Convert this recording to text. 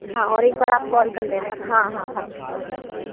हाँ और एक बार आप कॉल कर लेना हाँ हाँ हाँ जी जी बिल्कुल